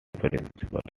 principles